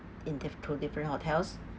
in diff~ to different hotels